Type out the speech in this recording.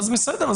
אז בסדר,